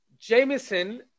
Jameson